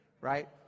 right